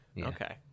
Okay